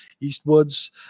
eastwards